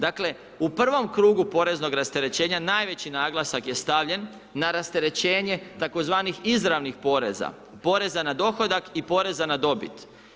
Dakle u prvom krugu poreznog rasterećenja najveći naglasak je stavljen na rasterećenje tzv. izravnih poreza, poreza na dohodak i poreza na dobit.